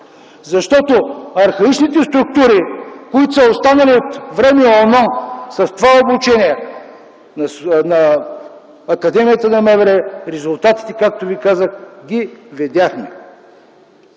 работи. Архаичните структури, които са останали от време оно с това обучение на академията на МВР, резултатите, както ви казах, ги видяхме.